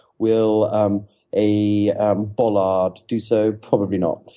will um a bollard do so? probably not.